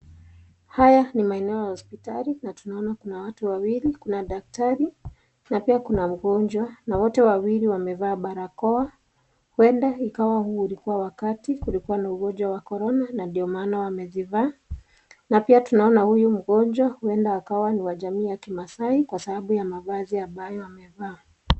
Haya ni maeneo ya hospitali, na tunaona kuna watu wawili, kuna daktari, na pia kuna mgonjwa, na wote wawili wamevaa barakoa, huebda hii ikawa wakati, kulikua na ugonjwa wa korona, na ndio maana wamezivaa, na pia tunaona huyu mgonjwa, huenda akawa ni wa jamii ya kimasai, kwa sababu ya mavazi ambayo amevaa.